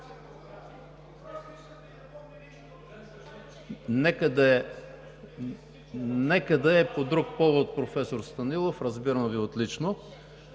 Нека да е по друг повод, професор Станилов, разбирам Ви отлично.